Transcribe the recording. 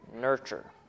Nurture